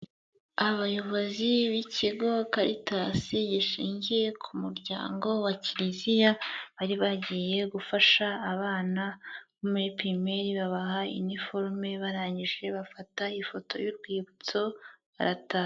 Abayobozi b'ikigo Caritas gishingiye ku muryango wa kiriziya, bari bagiye gufasha abana bo muri pirimeri, babaha iniforume barangije bafata ifoto y'urwibutso barataha.